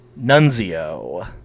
Nunzio